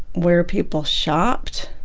where people shopped,